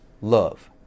love